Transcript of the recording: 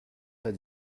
pas